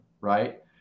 right